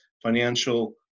financial